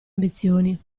ambizioni